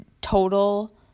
total